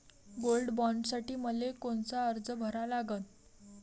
Gold बॉण्डसाठी मले कोनचा अर्ज भरा लागन?